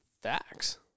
Facts